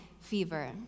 fever